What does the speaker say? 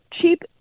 cheap